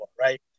right